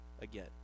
again